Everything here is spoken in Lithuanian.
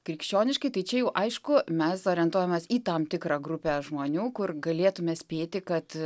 krikščioniškai tai čia jau aišku mes orientuojamės į tam tikrą grupę žmonių kur galėtume spėti kad